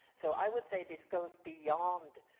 so i would say this goes beyond